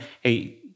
hey